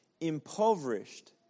impoverished